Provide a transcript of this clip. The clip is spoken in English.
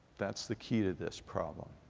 that's the key to this problem,